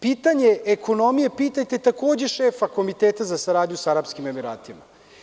Pitanje ekonomije pitajte takođe šefa Komiteta za saradnju sa Arapskim Emiratima.